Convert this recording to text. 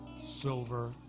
silver